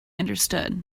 understood